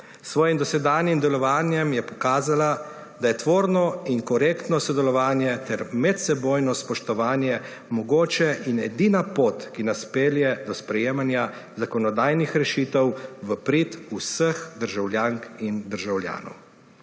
svojim dosedanjim delovanjem je pokazala, da je tvorno in korektno sodelovanje ter medsebojno spoštovanje mogoče in edina pot, ki nas pelje do sprejemanja zakonodajnih rešitev v prid vseh državljank in državljanov,